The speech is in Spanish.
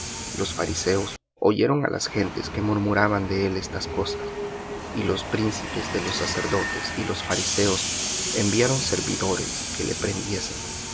los fariseos oyeron á la gente que murmuraba de él estas cosas y los príncipes de los sacerdotes y los fariseos enviaron servidores que le prendiesen